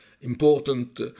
important